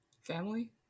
family